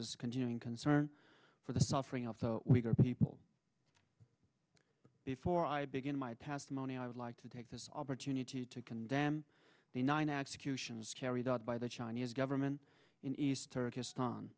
is continuing concern for the suffering of the weaker people before i begin my testimony i would like to take this opportunity to condemn the nine executions carried out by the chinese government in east